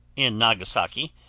in nagasaki,